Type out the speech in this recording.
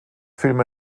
film